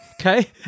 Okay